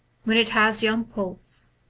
when it has young poults,